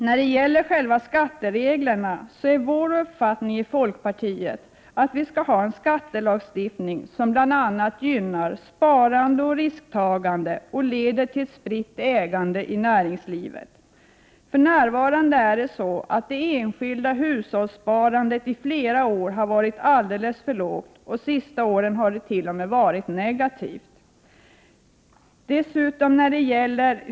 När det gäller själva skattereglerna är vår uppfattning i folkpartiet att vi skall ha en skattelagstiftning som bl.a. gynnar sparande och risktagande och som leder till spritt ägande i näringslivet. I flera år har det enskilda hushållssparandet varit alldeles för lågt. De senaste åren har det t.o.m. varit negativt.